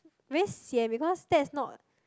very sian because that's not